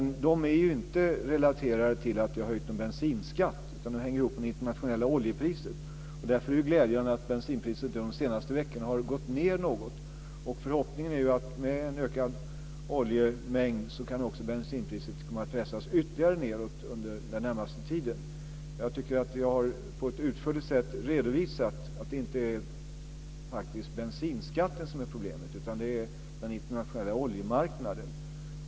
De är inte relaterade till att en bensinskatt har höjts, utan de hänger ihop med det internationella oljepriset. Därför är det glädjande att bensinpriset under de senaste veckorna har gått ned något. Förhoppningen är att med en ökad oljemängd kan bensinpriset komma att pressas ytterligare nedåt den närmaste tiden. Vi har på ett utförligt sätt redovisat att det inte är bensinskatten som är problemet utan den internationella oljemarknaden.